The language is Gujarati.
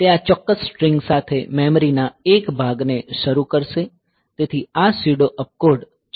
તે આ ચોક્કસ સ્ટ્રિંગ સાથે મેમરી ના એક ભાગને શરૂ કરશે તેથી આ સ્યુડો અપકોડ છે